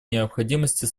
необходимости